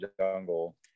jungle